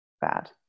bad